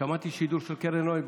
שמעתי שידור של קרן נויבך,